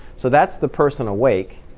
so that's the person awake.